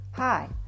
Hi